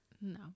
no